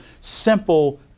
simple